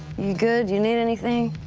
you good? you need anything?